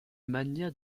magnat